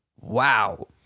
Wow